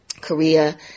Korea